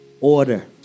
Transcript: order